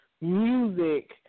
music